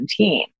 2017